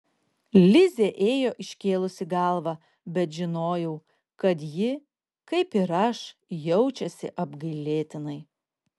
lizė ėjo iškėlusi galvą bet žinojau kad ji kaip ir aš jaučiasi apgailėtinai